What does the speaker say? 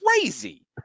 crazy